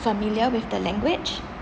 familiar with the language